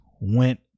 went